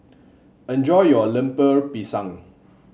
enjoy your Lemper Pisang